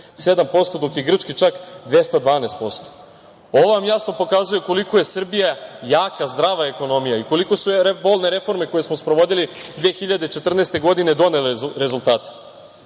157%, dok je Grčke čak 212%. Ovo vam jasno pokazuje koliko je Srbija jaka, zdrava ekonomija i koliko su bolne reforme koje smo sprovodili 2014. godine donele rezultate. Ukupan